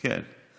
כן.